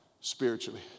spiritually